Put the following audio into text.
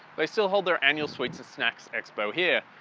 they still hold their annual sweats and snack's expo here.